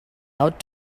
out